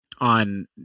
on